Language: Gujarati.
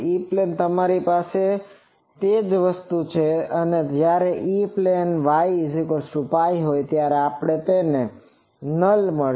E પ્લેન તમારી પાસે તે જ વસ્તુ છે અને જયારે E પ્લેનમાં yΠ હોય ત્યારે આપણને તે નલ મળશે